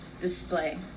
display